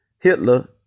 Hitler